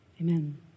Amen